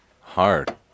Hard